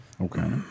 Okay